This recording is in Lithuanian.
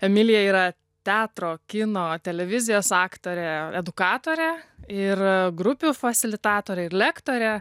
emilija yra teatro kino televizijos aktorė edukatorė ir grupių fasilitatoriai lektorė